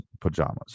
pajamas